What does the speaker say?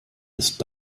ist